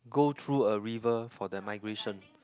go through a river for the migration